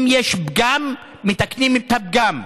אם יש פגם, מתקנים את הפגם,